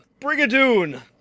Brigadoon